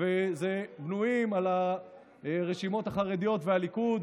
בנויים על הרשימות החרדיות והליכוד,